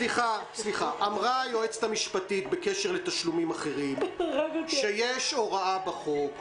אמרה היועצת המשפטית לוועדה בקשר לתשלומים אחרים שיש הוראה בחוק,